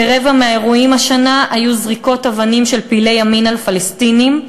כרבע מהאירועים השנה היו זריקות אבנים של פעילי ימין על פלסטינים,